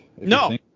No